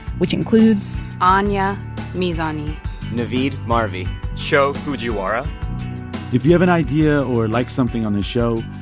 which includes. anya mizani navid marvi sho fujiwara if you have an idea or like something on this show,